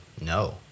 no